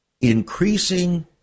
increasing